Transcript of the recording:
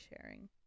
sharing